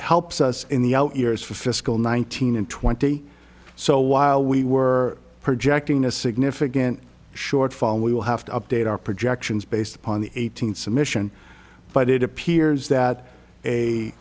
helps us in the out years for fiscal nineteen and twenty so while we were projecting a significant shortfall we will have to update our projections based upon the eight hundred submission but it appears that a